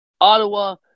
Ottawa